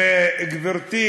גברתי